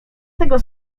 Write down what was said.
tego